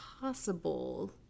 possible